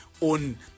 on